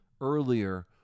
earlier